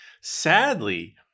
sadly